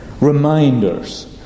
reminders